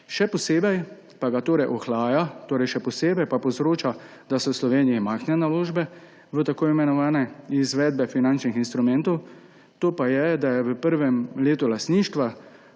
Še posebej pa ga ohlaja, torej še posebej pa povzroča, da so v Sloveniji majhne naložbe v tako imenovane izvedbe finančnih instrumentov, da je v prvem letu lastništva,